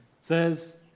says